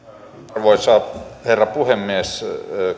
arvoisa herra puhemies